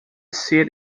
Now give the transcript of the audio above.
seat